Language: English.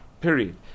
Period